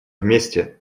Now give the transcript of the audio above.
вместе